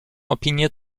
opinię